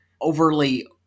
overly